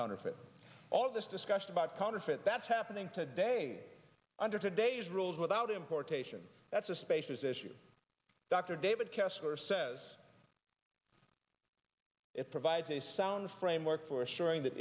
counterfeit all this discussion about counterfeit that's happening today under today's rules without importation that's a spaces issue dr david kessler says it provides a sound framework for assuring th